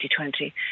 2020